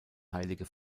heilige